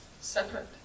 separate